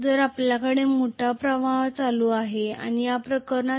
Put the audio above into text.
तर आपल्याकडे मोठा प्रवाह करंट आहे आणि या प्रकरणात